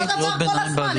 אותו דבר כל הזמן.